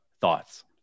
thoughts